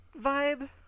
vibe